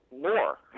more